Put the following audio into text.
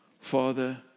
Father